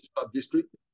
sub-district